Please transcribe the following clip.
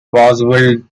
possible